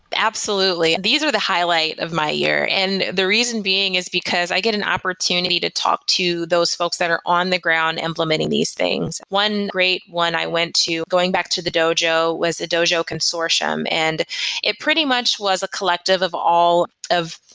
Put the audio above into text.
absolutely. these are the highlight of my year. and the reason being is because i get an opportunity to talk to those folks that are on the ground implementing these things. one great, one i went to going back to the dojo was a dojo consortium. and it pretty much was a collective of all of,